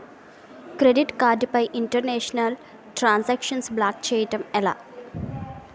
Credit card పై international transaction block చేయటం ఎలా?